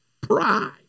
Pride